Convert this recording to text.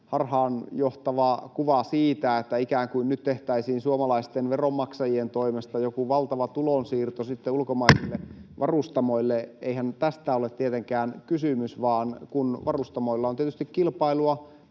harhaanjohtava kuva siitä, että ikään kuin nyt tehtäisiin suomalaisten veronmaksajien toimesta joku valtava tulonsiirto ulkomaisille varustamoille. Eihän tästä ole tietenkään kysymys, vaan kun varustamoilla on tietysti kilpailua,